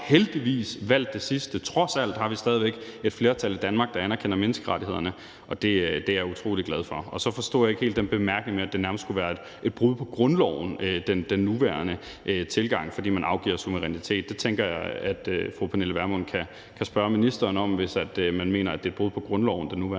heldigvis valgt det sidste. Trods alt har vi stadig væk et flertal i Danmark, der anerkender menneskerettighederne – og det er jeg utrolig glad for. Så forstod jeg ikke helt den bemærkning om, at den nuværende tilgang nærmest skulle være et brud på grundloven, fordi man afgiver suverænitet. Det tænker jeg at fru Pernille Vermund kan spørge ministeren om, hvis man mener, at den nuværende praksis er et brud på grundloven. Det er bestemt